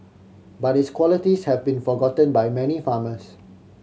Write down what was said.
but its qualities have been forgotten by many farmers